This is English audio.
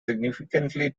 significantly